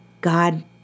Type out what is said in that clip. God